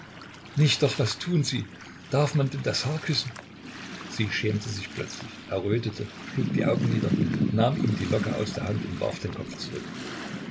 nicht doch was tun sie darf man denn das haar küssen sie schämte sich plötzlich errötete schlug die augen nieder nahm ihm die locke aus der hand und warf den kopf zurück